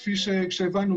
כפי שהבנו,